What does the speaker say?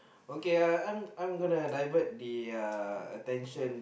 okay I I'm I'm gonna divert the uh attention